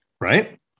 Right